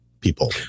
people